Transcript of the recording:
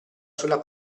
sulla